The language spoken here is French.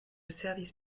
service